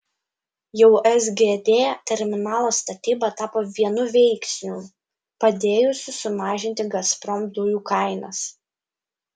jau sgd terminalo statyba tapo vienu veiksnių padėjusių sumažinti gazprom dujų kainas